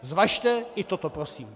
Zvažte i toto prosím.